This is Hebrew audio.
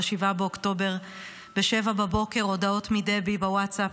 ב-7 באוקטובר ב-07:00 הודעות מדבי בווטסאפ,